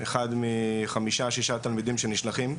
אחד מחמישה-שישה תלמידים שנשלחים,